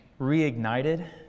reignited